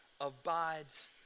abides